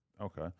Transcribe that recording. Okay